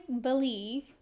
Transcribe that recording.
believe